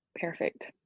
perfect